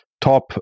top